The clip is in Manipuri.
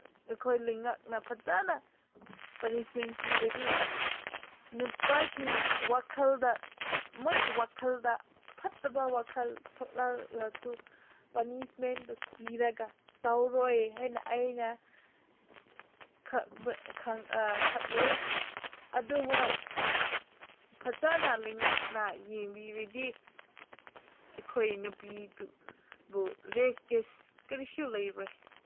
ꯑꯩꯈꯣꯏ ꯂꯩꯉꯥꯛꯅ ꯐꯖꯅ ꯄꯅꯤꯁꯃꯦꯟ ꯄꯤꯔꯗꯤ ꯅꯨꯄꯥꯁꯤꯡꯅ ꯋꯥꯈꯜꯗ ꯃꯣꯏꯒꯤ ꯋꯥꯈꯜꯗ ꯑꯐꯠꯇꯕ ꯋꯥꯈꯜ ꯊꯣꯛꯂꯛꯂꯁꯨ ꯄꯅꯤꯁꯃꯦꯟꯗꯨ ꯀꯤꯔꯒ ꯇꯧꯔꯣꯏ ꯍꯥꯏꯅ ꯑꯩꯅ ꯈꯜꯂꯦ ꯑꯗꯨ ꯍꯣꯏ ꯐꯖꯅ ꯂꯩꯉꯥꯛꯅ ꯌꯦꯡꯕꯤꯔꯗꯤ ꯑꯩꯈꯣꯏ ꯅꯨꯄꯤꯗꯨꯕꯨ ꯔꯦꯞ ꯀꯦꯁ ꯀꯔꯤꯁꯨ ꯂꯩꯔꯣꯏ